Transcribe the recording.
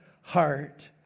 heart